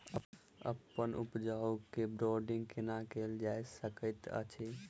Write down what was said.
अप्पन उपज केँ ब्रांडिंग केना कैल जा सकैत अछि?